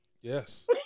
Yes